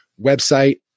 website